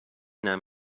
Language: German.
nahm